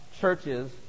churches